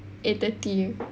eight thirty